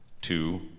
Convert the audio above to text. two